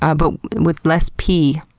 ah but with less pee.